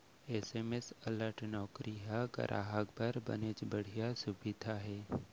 SMS alert नउकरी ह गराहक बर बनेच बड़िहा सुबिधा हे